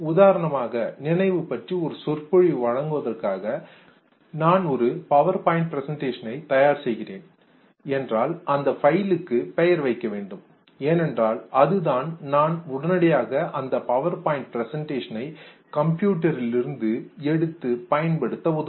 உதாரணமாக நினைவு பற்றி ஒரு சொற்பொழிவு வழங்குவதற்காக நான் ஒரு பவர்பாயிண்ட் பிரசண்டேஷன் ஐ தயார் செய்கின்றேன் என்றால் அந்தப் பைல்லுக்கு பெயர் வைக்க வேண்டும் ஏனென்றால் அதுதான் நான் உடனடியாக அந்த பவர்பாயிண்ட் பிரசண்டேஷன் ஐ கம்ப்யூட்டரில் இருந்து எடுத்து பயன்படுத்த உதவும்